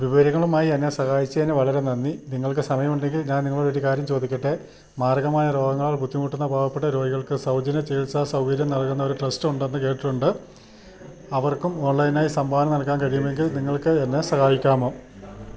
വിവരങ്ങളുമായി എന്നെ സഹായിച്ചതിന് വളരെ നന്ദി നിങ്ങൾക്ക് സമയമുണ്ടെങ്കിൽ ഞാൻ നിങ്ങളോടൊരു കാര്യം ചോദിക്കട്ടെ മാരകമായ രോഗങ്ങളാൽ ബുദ്ധിമുട്ടുന്ന പാവപ്പെട്ട രോഗികൾക്ക് സൗജന്യ ചികിത്സാസൗകര്യം നൽകുന്ന ഒരു ട്രസ്റ്റുണ്ടെന്ന് കേട്ടിട്ടുണ്ട് അവർക്കും ഓൺലൈനായി സംഭാവന നൽകാൻ കഴിയുമെങ്കിൽ നിങ്ങൾക്കെന്നെ സഹായിക്കാമോ